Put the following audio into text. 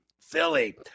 Philly